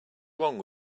wrong